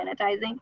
sanitizing